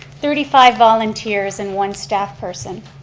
thirty five volunteers and one staff person.